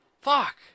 Fuck